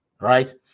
right